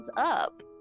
up